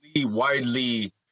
widely